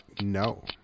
no